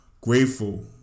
grateful